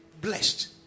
blessed